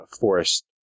forest